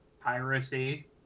piracy